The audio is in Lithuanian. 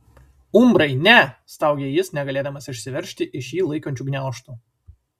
umbrai ne staugė jis negalėdamas išsiveržti iš jį laikančių gniaužtų